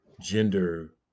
gender